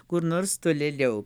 kur nors tolėliau